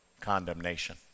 condemnation